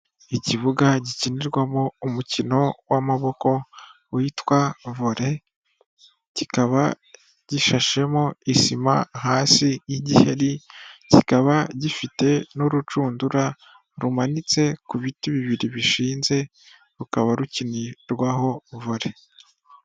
Ikibuga gikinirwamo umukino w'amaboko witwa vole. Kikaba gishashemo isima hasi y'igiheri, kikaba gifite n'urushundura rumanitse ku biti bibiri bishinze, rukaba rukinirwaho vole.